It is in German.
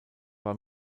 war